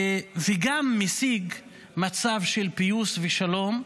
וגם משיג מצב של פיוס ושלום.